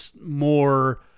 more